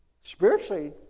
Spiritually